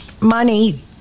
Money